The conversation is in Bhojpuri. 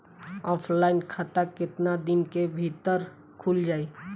ऑफलाइन खाता केतना दिन के भीतर खुल जाई?